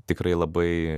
tikrai labai